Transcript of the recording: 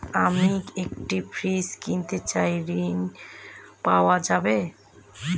আমি একটি ফ্রিজ কিনতে চাই ঝণ পাওয়া যাবে?